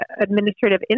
administrative